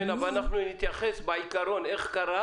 כן, אבל אנחנו נתייחס בעיקרון, איך קרה